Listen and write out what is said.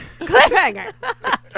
Cliffhanger